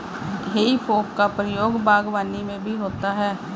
हेइ फोक का प्रयोग बागवानी में भी होता है